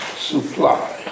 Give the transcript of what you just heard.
supply